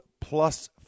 plus